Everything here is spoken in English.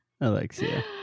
Alexia